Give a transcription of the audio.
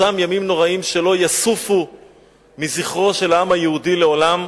אותם ימים נוראים שלא יסופו מזכרו של העם היהודי לעולם.